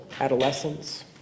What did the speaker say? adolescence